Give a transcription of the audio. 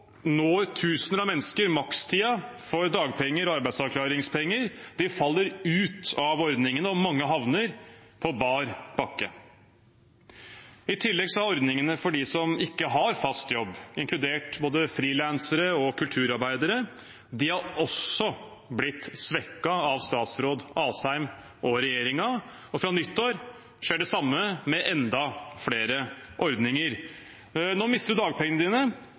når tusener av mennesker makstiden for dagpenger og arbeidsavklaringspenger. De faller ut av ordningene, og mange havner på bar bakke. I tillegg har ordningene for dem som ikke har fast jobb, inkludert både frilansere og kulturarbeidere, også blitt svekket av statsråd Asheim og regjeringen. Fra nyttår skjer det samme med enda flere ordninger. Nå mister man dagpengene